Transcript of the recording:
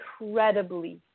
Incredibly